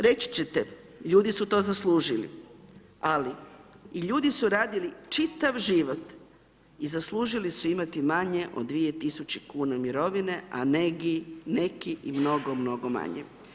Reći ćete, ljudi su to zaslužili, ali i ljudi su radili čitav život i zaslužili su imati manje od 2000 kuna mirovine, a neki i mnogo, mnogo manje.